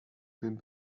film